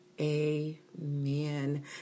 amen